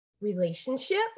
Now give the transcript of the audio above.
relationships